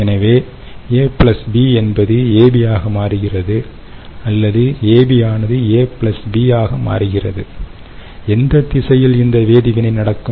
எனவே A Bஎன்பது AB ஆக மாறுகிறது அல்லது AB ஆனது A B ஆக மாறுகிறது எந்த திசையில் இந்த வேதி வினை நடக்கும்